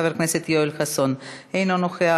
חבר הכנסת יואל חסון אינו נוכח,